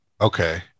Okay